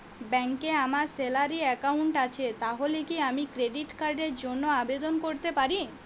ব্যাংকে আমার salary account আছে তাহলে কি আমি ক্রেডিট কার্ড র জন্য আবেদন করতে পারি?